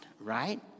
right